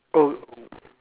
oh ah